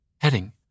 Heading